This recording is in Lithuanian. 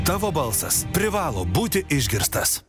tavo balsas privalo būti išgirstas